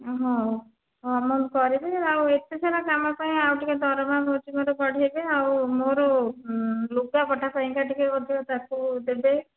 ହଁ ହଉ ହଁ ମୁଁ କରିବି ଆଉ ଏତେ ସାରା କାମ ପାଇଁ ଆଉ ଟିକେ ଦରମା ବଢ଼େଇବେ ଆଉ ମୋର ଲୁଗାପଟା ପାଇଁ ଟିକେ ମଧ୍ୟ ତାକୁ ଦେବେ